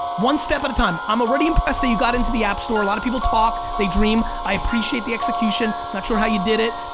one step at a time, i'm already impressed that you got into the app store, a lot to people talk, they dream, i appreciate the execution, not sure how you did it,